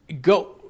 go